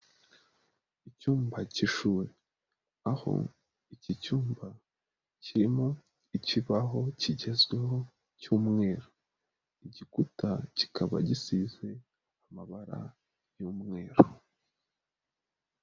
Icyumba cy'ishuri aho iki cyumba kirimo ikibaho kigezweho cy'umweru, igikuta kikaba gisizwe amabara y'umweru.